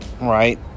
Right